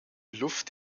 luft